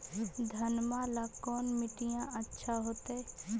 घनमा ला कौन मिट्टियां अच्छा होतई?